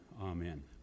amen